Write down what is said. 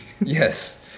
Yes